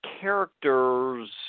characters